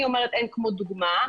אני אומרת שאין כמו דוגמה.